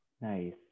Nice